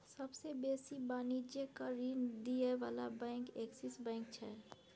सबसे बेसी वाणिज्यिक ऋण दिअ बला बैंक एक्सिस बैंक छै